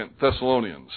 Thessalonians